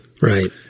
right